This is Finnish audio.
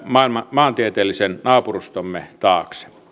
maantieteellisen naapurustomme taakse